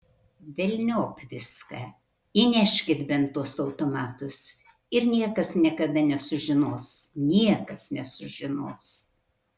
velniop viską įneškit bent tuos automatus ir niekas niekada nesužinos niekas nesužinos